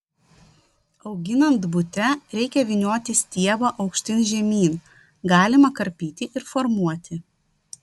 auginant bute reikia vynioti stiebą aukštyn žemyn galima karpyti ir formuoti